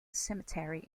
cemetery